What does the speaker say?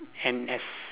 N S